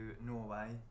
Norway